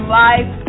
life